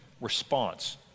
response